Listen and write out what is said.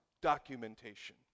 documentation